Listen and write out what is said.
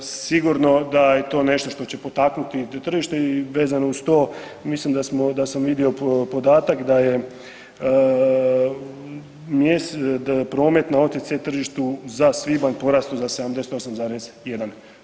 Sigurno da je to nešto što će potaknuti tržište i vezano uz to mislim da smo, da sam vidio podatak da je promet na OTC tržištu za svibanj porastao za 78,1%